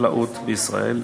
החקלאות בישראל,